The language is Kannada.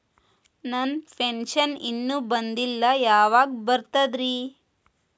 ನನ್ನ ಪೆನ್ಶನ್ ಇನ್ನೂ ಬಂದಿಲ್ಲ ಯಾವಾಗ ಬರ್ತದ್ರಿ?